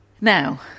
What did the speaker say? now